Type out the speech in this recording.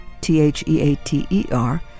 T-H-E-A-T-E-R